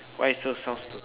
why so soft